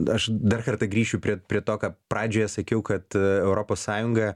aš dar kartą grįšiu prie prie to ką pradžioje sakiau kad europos sąjunga